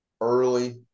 early